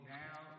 now